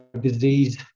disease